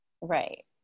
Right